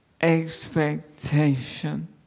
expectation